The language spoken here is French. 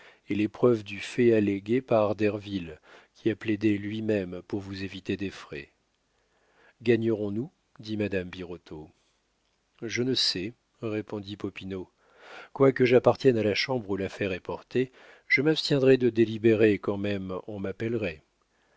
et les preuves du fait allégué par derville qui a plaidé lui-même pour vous éviter des frais gagnerons nous dit madame birotteau je ne sais répondit popinot quoique j'appartienne à la chambre où l'affaire est portée je m'abstiendrai de délibérer quand même on m'appellerait